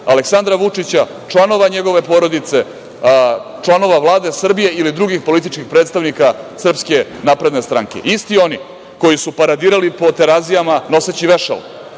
Aleksandra Vučića, članova njegove porodice, članova Vlade Srbije ili drugih političkih predstavnika SNS.Isti oni, koji su paradirali po Terazijama noseći vešala,